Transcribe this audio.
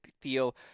feel